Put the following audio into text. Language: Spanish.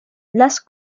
las